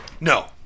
No